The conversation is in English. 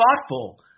thoughtful